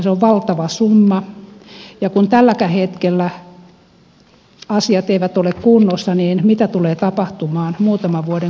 se on valtava summa ja kun tälläkään hetkellä asiat eivät ole kunnossa niin mitä tulee tapahtumaan muutaman vuoden kuluttua